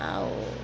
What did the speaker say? ଆଉ